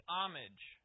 homage